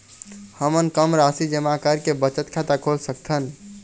हमन कम राशि जमा करके बचत खाता खोल सकथन?